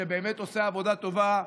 שבאמת עושה עבודה טובה,